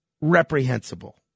reprehensible